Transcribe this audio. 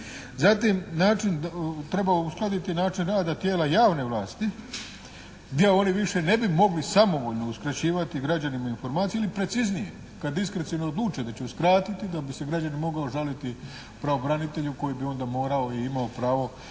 način, treba uskladiti način rada tijela javne vlasti gdje oni više ne bi mogli samovoljno uskraćivati građanima informacije, ili preciznije, kad diskreciono odluče da će uskratiti da bi se građanin mogao žaliti pravobranitelju koji bi onda morao i imao pravo